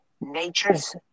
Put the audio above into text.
nature's